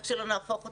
איך שלא נהפוך אותו.